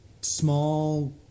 small